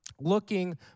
looking